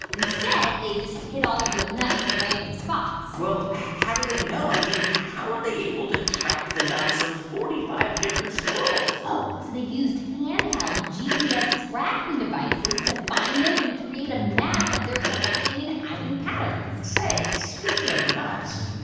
instead, they just hid all of their nuts in random spots well, how do they know? i mean, how were they able to track the nuts of forty five different squirrels? oh, so they used hand-held gps tracking devices to find them and create a map of their collecting and hiding patterns say, speaking of nuts,